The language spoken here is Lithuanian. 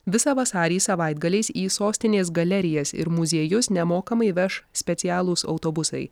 visą vasarį savaitgaliais į sostinės galerijas ir muziejus nemokamai veš specialūs autobusai